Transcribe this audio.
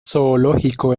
zoológico